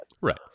right